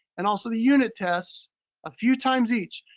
and also the unit tests a few times each.